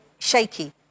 Shaky